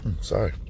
Sorry